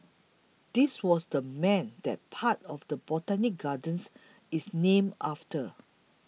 this was the man that part of the Botanic Gardens is named after